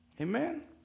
Amen